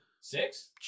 six